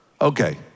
Okay